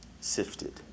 Sifted